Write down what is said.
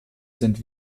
sind